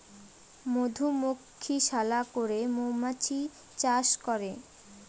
মধুমক্ষিশালা করে মৌমাছি চাষ করে